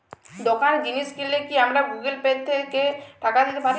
দোকানে জিনিস কিনলে কি আমার গুগল পে থেকে টাকা দিতে পারি?